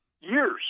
years